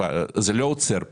זה לא עוצר פה.